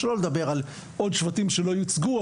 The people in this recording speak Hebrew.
שלא לדבר על עוד שבטים שלא יוצגו,